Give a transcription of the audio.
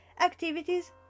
activities